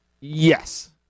Yes